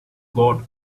got